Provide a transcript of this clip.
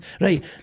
Right